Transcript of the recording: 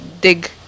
dig